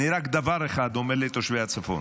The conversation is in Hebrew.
אני רק דבר אחד אומר לתושבי הצפון: